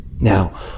now